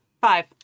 Five